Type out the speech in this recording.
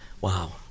Wow